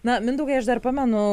na mindaugai aš dar pamenu